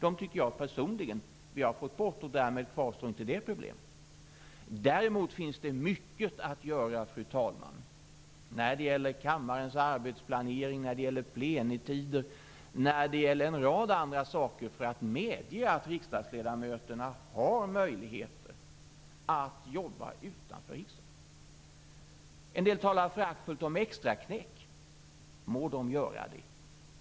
Dem tycker jag personligen att vi har fått bort, och därmed kvarstår inte det problemet. Däremot finns det mycket att göra, fru talman, när det gäller kammarens arbetsplanering, plenitider och en rad andra saker, för att medge att riksdagsledamöterna har möjligheter att jobba utanför riksdagen. En del talar föraktfullt om extraknäck. Må de göra det.